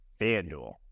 FanDuel